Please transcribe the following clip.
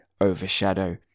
Overshadow